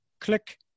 click